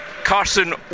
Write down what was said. Carson